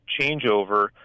changeover